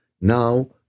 now